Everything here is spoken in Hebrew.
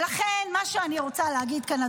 --- ולכן מה שאני רוצה להגיד כאן,